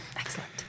Excellent